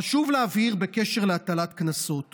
חשוב להבהיר בקשר להטלת קנסות